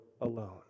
alone